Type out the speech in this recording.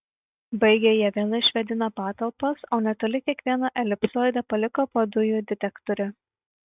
baigę jie vėl išvėdino patalpas o netoli kiekvieno elipsoido paliko po dujų detektorių